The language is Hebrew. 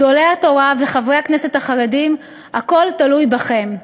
גדולי התורה וחברי הכנסת החרדים, הכול תלוי בכם.